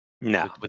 no